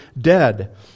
dead